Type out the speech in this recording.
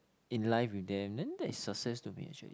in life with them then that is success to me actually